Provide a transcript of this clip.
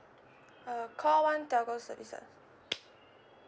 uh call one telco services